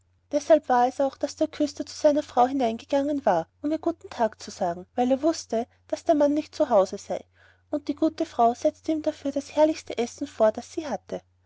deshalb war es auch daß der küster zu seiner frau hineingegangen war um ihr guten tag zu sagen weil er wußte daß der mann nicht zu hause sei und die gute frau setzte ihm dafür das herrlichste essen vor was sie hatte